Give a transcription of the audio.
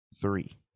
three